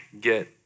get